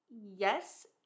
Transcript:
yes